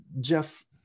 jeff